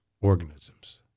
organisms